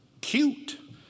cute